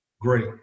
great